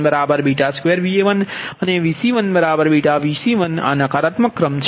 અહીં આ Va1 છે તેથી Vb12Va1 અને Vc1βVc1 આ નકારાત્મક ક્રમ છે